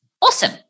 Awesome